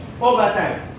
overtime